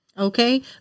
Okay